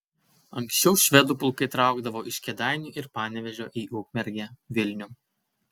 anksčiau švedų pulkai traukdavo iš kėdainių ir panevėžio į ukmergę vilnių